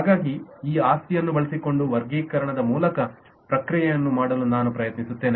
ಹಾಗಾಗಿ ಈ ಆಸ್ತಿಯನ್ನು ಬಳಸಿಕೊಂಡು ವರ್ಗೀಕರಣದ ಮೂಲ ಪ್ರಕ್ರಿಯೆಯನ್ನು ಮಾಡಲು ನಾನು ಪ್ರಯತ್ನಿಸುತ್ತೇನೆ